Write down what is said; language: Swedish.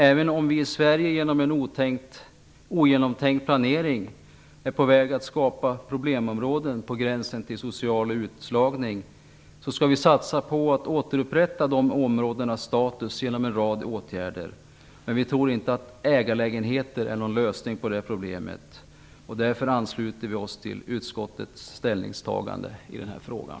Även om vi i Sverige genom en ogenomtänkt planering är på väg att skapa problemområden på gränsen till social utslagning, skall vi satsa på att återupprätta de områdenas status genom en rad åtgärder. Men vi tror inte att ägarlägenheter är någon lösning på det problemet. Därför ansluter vi oss till utskottets ställningstagande i den här frågan.